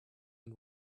and